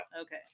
Okay